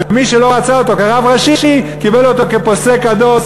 ומי שלא רצה אותו כרב ראשי קיבל אותו כפוסק הדור,